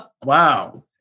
Wow